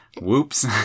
Whoops